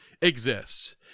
exists